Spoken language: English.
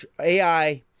AI